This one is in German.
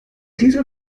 dieser